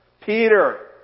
Peter